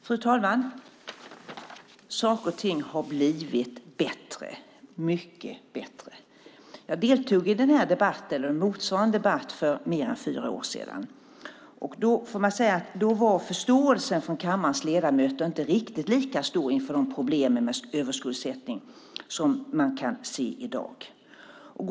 Fru talman! Saker och ting har blivit bättre, mycket bättre. Jag deltog i motsvarande debatt för mer än fyra år sedan. Då var förståelsen hos kammarens ledamöter för problem med överskuldsättning inte lika stor som den är i dag.